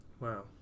Wow